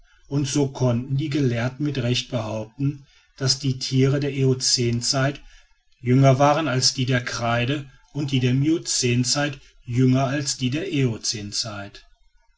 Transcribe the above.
und so konnten die gelehrten mit recht behaupten daß die tiere der eocänzeit jünger waren als die der kreide und die der miocänzeit jünger als die der eocänzeit